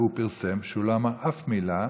והוא פרסם שהוא לא אמר אף מילה,